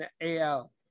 AL